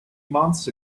months